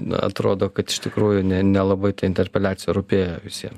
atrodo kad iš tikrųjų ne nelabai ta interpeliacija rūpėjo visiem